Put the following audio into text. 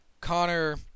Connor